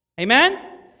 Amen